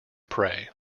prey